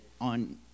on